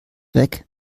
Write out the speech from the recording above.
weg